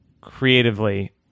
creatively